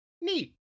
Neat